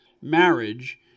marriage